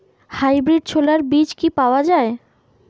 Hybrid ছোলার বীজ কি পাওয়া য়ায়?